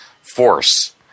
force